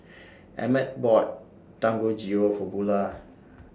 Emett bought Dangojiru For Bulah